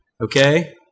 okay